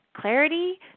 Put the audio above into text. Clarity